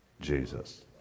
Jesus